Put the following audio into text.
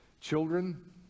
Children